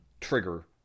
trigger